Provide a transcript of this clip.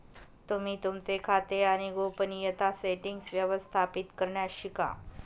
तुम्ही तुमचे खाते आणि गोपनीयता सेटीन्ग्स व्यवस्थापित करण्यास शिका